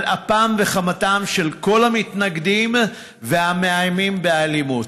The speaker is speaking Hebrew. על אפם וחמתם של כל המתנגדים והמאיימים באלימות.